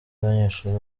abanyeshuri